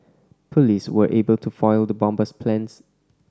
police were able to foil the bomber's plans